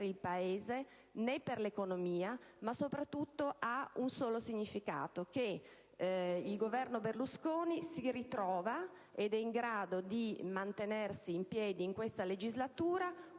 il Paese né per l'economia, ma soprattutto ha un solo significato: il Governo Berlusconi si ritrova, ed è in grado di mantenersi in piedi in questa legislatura,